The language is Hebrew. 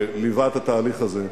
שליווה את התהליך הזה,